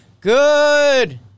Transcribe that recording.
Good